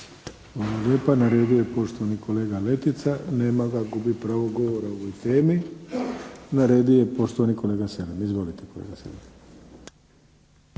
lijepa. Na redu je poštovani kolega Letica. Nema ga. Gubi pravo govora o ovoj temi. Na redu je poštovani kolega Selem. Izovlite